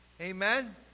amen